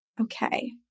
Okay